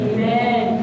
Amen